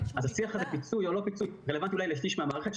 אז השיח על הפיצוי או לא פיצוי רלוונטי אולי לשליש מהמערכת.